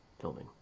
filming